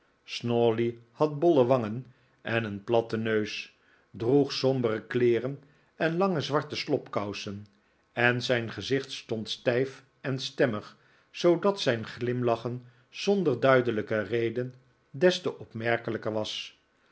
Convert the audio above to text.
snawley had bolle wangen en een platten neus droeg sombere kleeren en lange zwarte slobkousen en zijn gezicht stond stijf en stemmig zoodat zijn glimlachen zonder duidelijke reden des te opmerkelijker was